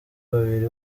babiri